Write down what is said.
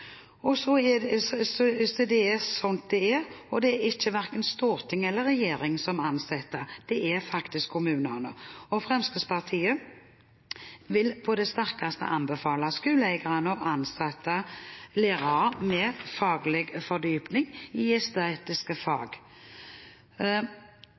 er det, og det er verken Stortinget eller regjeringen som ansetter – det gjør faktisk kommunene. Og Fremskrittspartiet vil på det sterkeste anbefale skoleeierne å ansette lærere med faglig fordypning i estetiske fag.